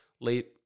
late